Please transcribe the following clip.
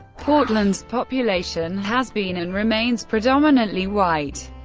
portland's population has been and remains predominantly white.